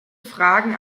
fragen